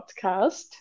podcast